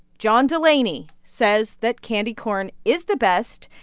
john delaney says that, candy corn is the best.